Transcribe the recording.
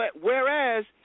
Whereas